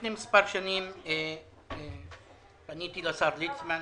לפני מספר שנים פניתי לשר ליצמן,